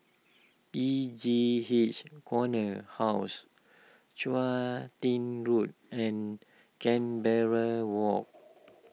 E J H Corner House Chun Tin Road and Canberra Walk